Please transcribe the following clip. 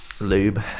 Lube